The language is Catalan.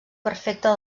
perfecte